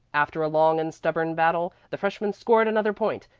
after a long and stubborn battle, the freshmen scored another point.